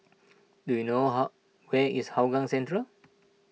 do you know how where is Hougang Central